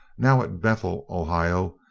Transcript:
now at bethel, ohio,